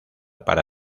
para